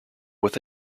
with